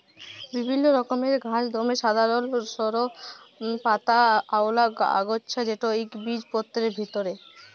বিভিল্ল্য রকমের ঘাঁস দমে সাধারল সরু পাতাআওলা আগাছা যেট ইকবিজপত্রের ভিতরে